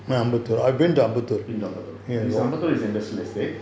been to ambttur this ambattur is industrial estate